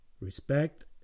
Respect